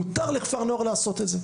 מותר לכפר נוער לעשות את זה.